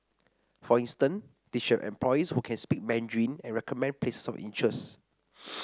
for instance they should have employees who can speak Mandarin and recommend places of interest